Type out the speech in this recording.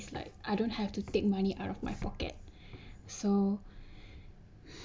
like I don't have to take money out of my pocket so